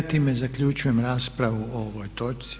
Ja time zaključujem raspravu o ovoj točci.